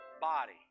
body